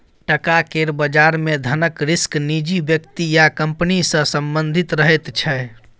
टका केर बजार मे धनक रिस्क निजी व्यक्ति या कंपनी सँ संबंधित रहैत छै